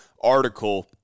article